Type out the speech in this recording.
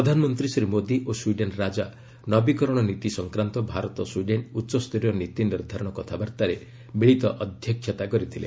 ପ୍ରଧାନମନ୍ତ୍ରୀ ଶ୍ରୀ ମୋଦୀ ଓ ସ୍ୱିଡେନ୍ ରାଜା ନବୀକରଣ ନୀତି ସଂକ୍ରାନ୍ତ ଭାରତ ସ୍ୱିଡେନ୍ ଉଚ୍ଚସ୍ତରୀୟ ନୀତିନିର୍ଦ୍ଧାରଣ କଥାବାର୍ତ୍ତାରେ ମିଳିତ ଅଧ୍ୟକ୍ଷତା କରିଥିଲେ